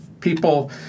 people